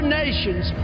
nations